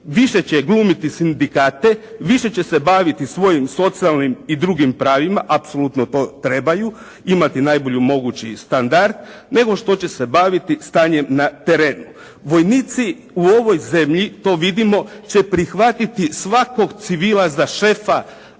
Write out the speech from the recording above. više će glumiti sindikate, više će se baviti svojim socijalnim i drugim pravima, apsolutno to trebaju imati najbolji mogući standard, nego što će se baviti stanjem na terenu. Vojnici u ovoj zemlji to vidimo, će prihvatiti svakog civila za šefa